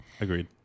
Agreed